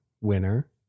winner